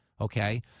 okay